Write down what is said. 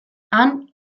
han